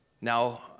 now